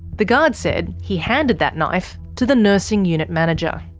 the guard said he handed that knife to the nursing unit manager.